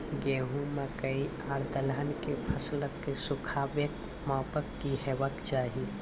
गेहूँ, मकई आर दलहन के फसलक सुखाबैक मापक की हेवाक चाही?